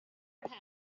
happen